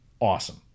awesome